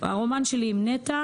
והרומן שלי עם נת"ע